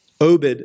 Obed